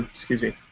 excuse me.